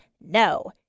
no